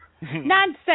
nonsense